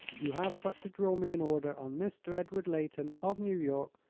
you have but to draw me an order on mr. edward leighton, of new york,